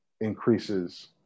increases